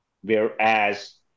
whereas